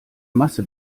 masse